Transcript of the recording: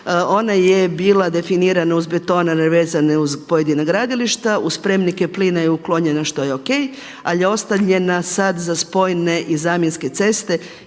ona je bila definirana uz betonare vezane uz pojedina gradilišta, uz spremnike plina je uklonjena što je o.k., ali je ostavljena sada za spojne i zamjenske i ceste.